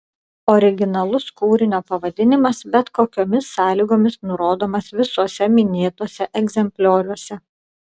originalus kūrinio pavadinimas bet kokiomis sąlygomis nurodomas visuose minėtuose egzemplioriuose